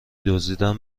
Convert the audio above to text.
دزدیدم